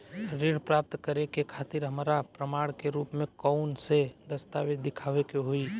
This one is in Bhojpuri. ऋण प्राप्त करे के खातिर हमरा प्रमाण के रूप में कउन से दस्तावेज़ दिखावे के होइ?